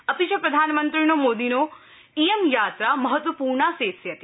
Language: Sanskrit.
अपि च प्रधानमन्त्रिणो मोदिनो इयं यात्रा महत्तवपूर्णा सेत्स्यति